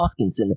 Hoskinson